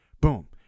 Boom